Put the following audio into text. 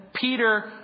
Peter